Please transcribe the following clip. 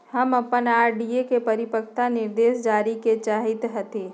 हम अपन आर.डी के परिपक्वता निर्देश जाने के चाहईत हती